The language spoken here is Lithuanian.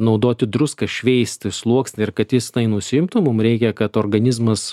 naudoti druską šveisti sluoksnį ir kad jis tai nusiimtų mum reikia kad organizmas